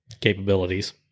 capabilities